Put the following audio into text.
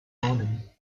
arnhem